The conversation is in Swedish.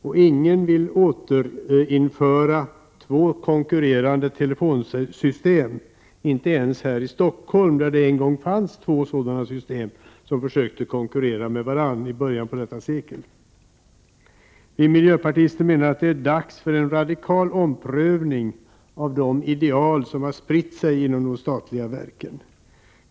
Ingen vill väl heller återinföra två konkurrerande telefonsystem, inte ens här i Stockholm, där det en gång fanns två sådana system som försökte konkurrera med varandra, i början av detta sekel. Vi miljöpartister menar att det är dags för en radikal omprövning av de ideal som har spritt sig inom de statliga verken.